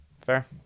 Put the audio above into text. Fair